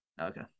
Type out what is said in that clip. Okay